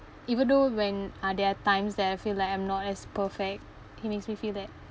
even though when uh there are times that I feel like I'm not as perfect he makes me feel that